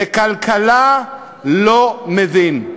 בכלכלה לא מבין,